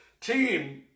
team